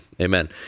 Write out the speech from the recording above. Amen